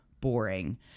boring